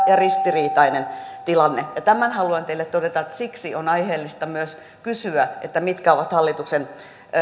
ja ristiriitainen tilanne tämän haluan teille todeta että siksi on myös aiheellista kysyä mitkä ovat hallituksen